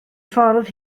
ffordd